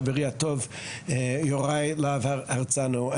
חברי הטוב יוראי להב הרצנו,